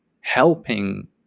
helping